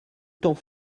temps